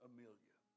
Amelia